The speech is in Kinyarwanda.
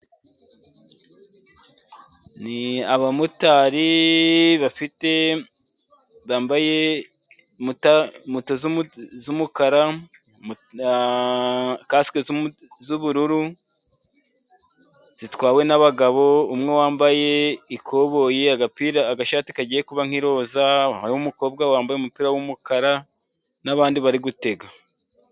Ni abamotari bafite bambaye, moto z'umukara, kasike z'ubururu, zitwawe n'abagabo umwe wambaye ikoboyi ,agapira, agashati kagiye kuba nk'iroza. Hari umukobwa wambaye umupira w'umukara n'abandi bari gutega.